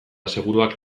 seguruak